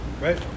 Right